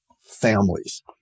families